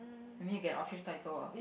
I mean you get official title ah